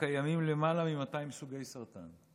קיימים למעלה מ-200 סוגי סרטן,